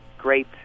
Great